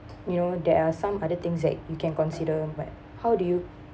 you know there are some other things that you can consider but how do you